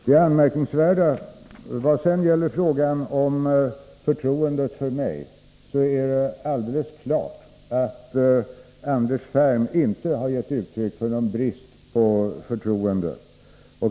Vad sedan gäller frågan om förtroendet för mig, är det alldeles klart att Anders Ferm inte har gett uttryck för någon brist på förtroende.